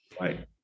Right